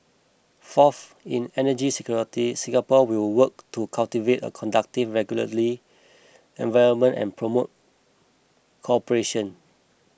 fourth in energy security Singapore will work to cultivate a conducive regulatory environment and promote cooperation